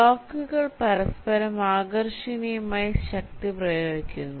ബ്ലോക്കുകൾ പരസ്പരം ആകർഷണീയമായ ശക്തി പ്രയോഗിക്കുന്നു